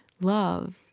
love